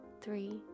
three